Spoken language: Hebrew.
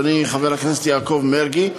אדוני חבר הכנסת יעקב מרגי,